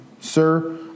Sir